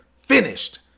finished